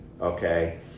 okay